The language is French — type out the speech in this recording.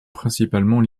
principalement